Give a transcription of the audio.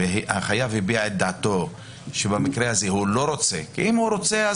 והחייב הביע את דעתו שבמקרה הזה הוא לא רוצה אם הוא רוצה,